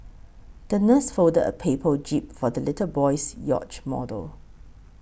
the nurse folded a paper jib for the little boy's yacht model